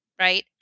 Right